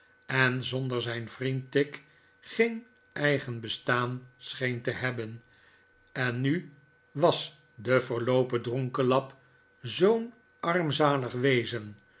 en zonder zijn vriend tigg geen eigen bestaan scheen te hebben en nu was de verloopen dronkelap zoo'n armzalig wezen